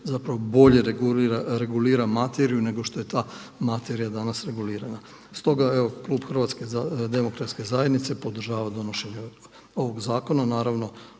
zapravo bolje regulira materiju nego što je ta materija danas regulirana. Stoga evo klub HDZ-a podržava donošenje ovog zakona, naravno